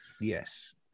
Yes